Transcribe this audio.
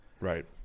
Right